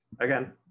again